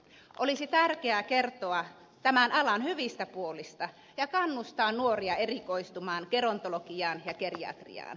olisi tärkeää kertoa tämän alan hyvistä puolista ja kannustaa nuoria erikoistumaan gerontologiaan ja geriatriaan